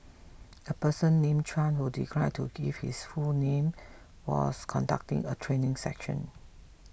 a person named Chuan who declined to give his full name was conducting a training session